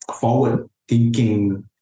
forward-thinking